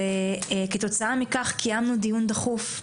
וכתוצאה מכך קיימנו דיון דחוף.